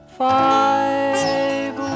five